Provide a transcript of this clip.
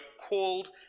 called